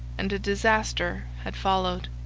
and a disaster had followed.